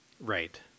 Right